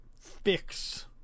fix